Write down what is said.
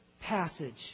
passage